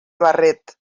barret